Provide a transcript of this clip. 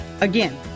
Again